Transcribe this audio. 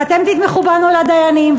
ואתם תתמכו בנו לדיינים,